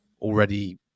already